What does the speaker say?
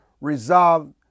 resolve